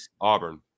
Auburn